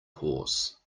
horse